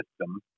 system